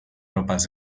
ropas